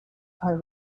are